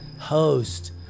host